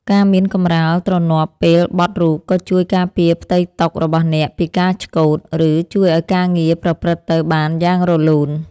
ការមានកម្រាលទ្រនាប់ពេលបត់រូប ក៏ជួយការពារផ្ទៃតុរបស់អ្នកពីការឆ្កូត និងជួយឱ្យការងារប្រព្រឹត្តទៅបានយ៉ាងរលូន។